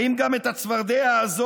האם גם את הצפרדע הזו,